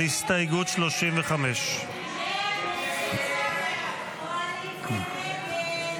הסתייגות 35. הסתייגות 35 לא נתקבלה.